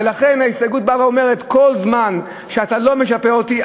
ולכן ההסתייגות באה ואומרת: כל זמן שאתה לא משפה אותי,